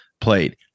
Played